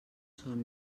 son